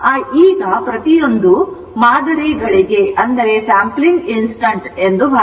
ಈಗ ಪ್ರತಿಯೊಂದೂ ಮಾದರಿ ಗಳಿಗೆ ಎಂದು ಭಾವಿಸೋಣ